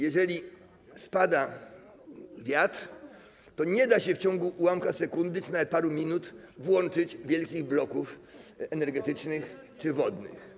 Jeżeli słabnie wiatr, to nie da się w ciągu ułamka sekundy czy nawet paru minut włączyć wielkich bloków energetycznych czy wodnych.